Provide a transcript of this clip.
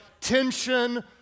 tension